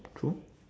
true